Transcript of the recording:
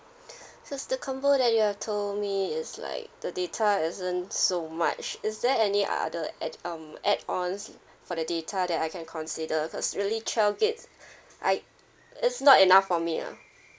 so the combo that you've told me is like the data isn't so much is there any other add um add on for the data that I can consider cause really twelve gig I it's not enough for me ah